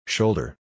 Shoulder